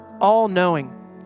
all-knowing